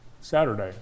Saturday